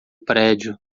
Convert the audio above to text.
prédio